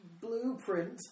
Blueprint